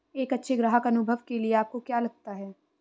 एक अच्छे ग्राहक अनुभव के लिए आपको क्या लगता है?